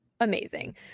Amazing